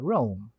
Rome